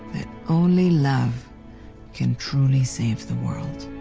that only love can truly save the world.